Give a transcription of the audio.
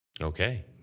okay